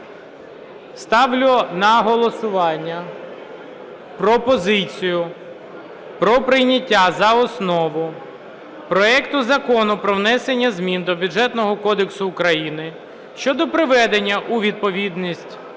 Ставлю на голосування пропозицію про прийняття за основу проект Закону про внесення змін до Бюджетного кодексу України щодо приведення у відповідність